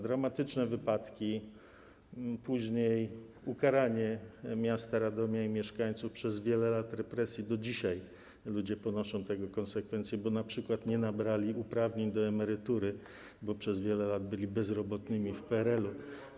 Dramatyczne wypadki, później ukaranie miasta Radomia i mieszkańców, wiele lat represji, do dzisiaj ludzie ponoszą tego konsekwencje, bo np. nie nabyli uprawnień do emerytury, bo przez wiele lat byli bezrobotnymi w PRL-u.